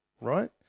right